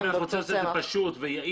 אם רוצים לעשות את זה פשוט ויעיל,